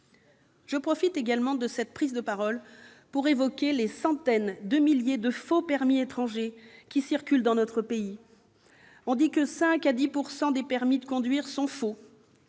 Je profite de cette prise de parole pour évoquer ici les centaines de milliers de faux permis étrangers qui circulent dans notre pays. On dit que 5 % à 10 % des permis de conduire sont des